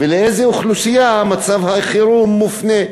ולאיזו אוכלוסייה מצב החירום מופנה?